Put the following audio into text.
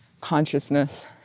consciousness